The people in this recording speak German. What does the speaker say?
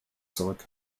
zurück